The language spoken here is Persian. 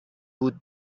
بود